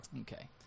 Okay